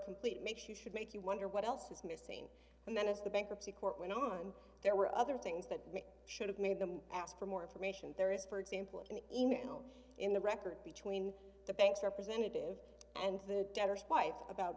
complete makes you should make you wonder what else is missing and then as the bankruptcy court went on there were other things that should have made them ask for more information there is for example an email in the record between the bank's representative and the